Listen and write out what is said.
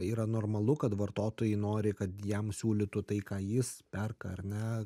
yra normalu kad vartotojai nori kad jam siūlytų tai ką jis perka ar ne